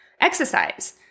exercise